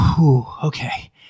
Okay